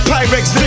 Pyrex